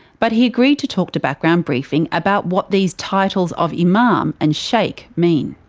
but he agreed to talk to background briefing about what these titles of imam and sheikh mean.